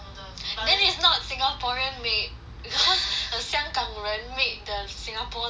then it's not singaporean made is suppose a 香港人 made singapore noodles